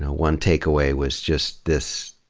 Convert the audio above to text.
one takeaway was just this,